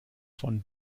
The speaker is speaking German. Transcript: von